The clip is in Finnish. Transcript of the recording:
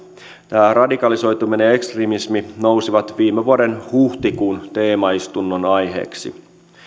radikalisoituminen ja ekstremismi nousi viime vuoden huhtikuun teemaistunnon aiheeksi